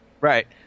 Right